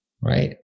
right